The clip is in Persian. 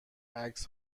عکس